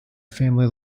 family